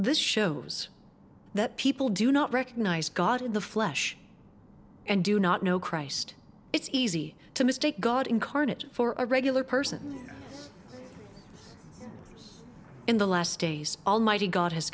this shows that people do not recognize god in the flesh and do not know christ it's easy to mistake god incarnate for a regular person in the last days almighty god has